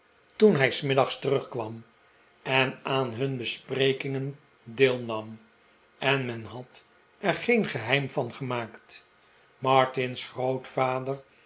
toen hij s middags terugkwam en aan hun besprekingen deelnam en men had er geen geheim van gemaakt martin's grootvader